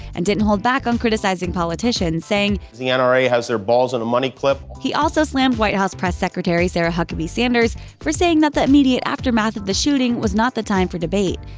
and didn't hold back on criticizing politicians, saying, the yeah nra has their balls in a money clip. he also slammed white house press secretary sarah huckabee sanders for saying that the immediate aftermath of the shooting was not the time for debate.